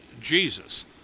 Jesus